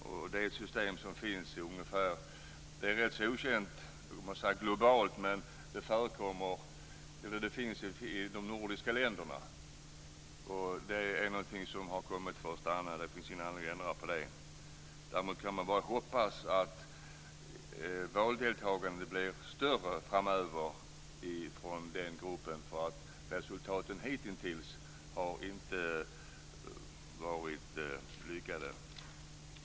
Det är ett system som är ganska okänt globalt, men det finns i de nordiska länderna. Och det har kommit för att stanna. Det finns ingen anledning att ändra på det. Däremot kan man bara hoppas att valdeltagandet blir större framöver från den gruppen, eftersom resultaten hitintills inte har varit lyckade.